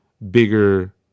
Bigger